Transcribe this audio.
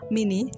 Mini